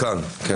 המעודכן, כן.